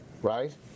right